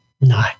no